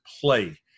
play